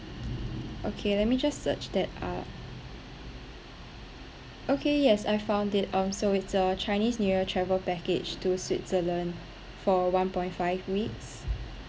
okay let me just search that up okay yes I've found it um so it's a chinese new year travel package to switzerland for one point five weeks